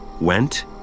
went